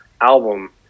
album